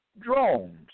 drones